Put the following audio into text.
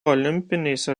olimpinėse